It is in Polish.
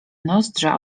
nozdrza